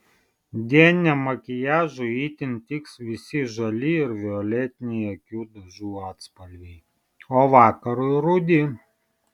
dieniniam makiažui itin tiks visi žali ir violetiniai akių dažų atspalviai o vakarui rudi